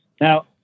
Now